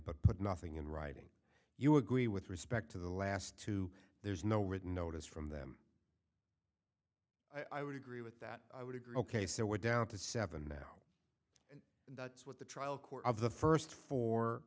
but nothing in writing you agree with respect to the last two there's no written notice from them i would agree with that i would agree ok so we're down to seven now and that's what the trial court of the first four